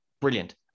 brilliant